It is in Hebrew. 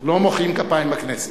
לא מוחאים כפיים בכנסת.